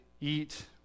eat